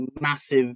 massive